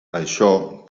això